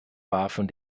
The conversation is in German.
warfen